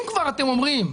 אם כבר אתם אומרים,